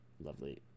lovely